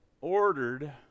ordered